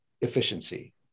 efficiency